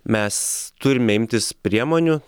mes turime imtis priemonių